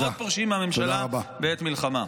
ועוד פורשים מהממשלה בעת מלחמה.